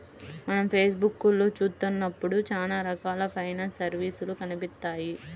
మనం ఫేస్ బుక్కులో చూత్తన్నప్పుడు చానా రకాల ఫైనాన్స్ సర్వీసులు కనిపిత్తాయి